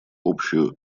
общую